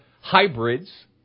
hybrids